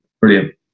brilliant